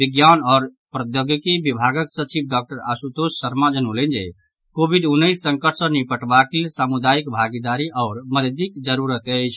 विज्ञान आओर प्रौद्योगिकी विभागक सचिव डॉक्टर आशुतोष शर्मा जनौलनि जे कोविड उन्नैस संकट सॅ निपटबाक लेल सामुदायिक भागीदारी आओर मददिक जरूरत अछि